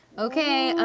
okay, ah,